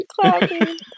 clapping